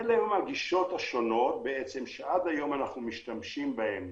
אלה הן הגישות השונות שעד היום אנחנו משתמשים בהן